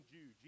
Jew